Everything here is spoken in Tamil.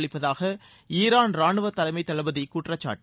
அளிப்பதாக ஈரான் ராணுவ தலைமை தளபதி குற்றச்சாட்டு